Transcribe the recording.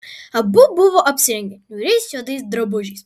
abu buvo apsirengę niūriais juodais drabužiais